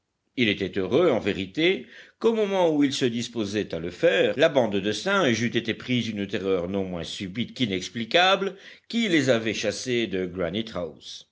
il était heureux en vérité qu'au moment où ils se disposaient à le faire la bande de singes eût été prise d'une terreur non moins subite qu'inexplicable qui les avait chassés de